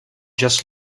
just